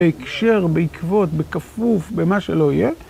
בהקשר, בעקבות, בכפוף, במה שלא יהיה.